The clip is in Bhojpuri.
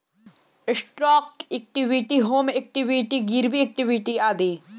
स्टौक इक्वीटी, होम इक्वीटी, गिरवी इक्वीटी आदि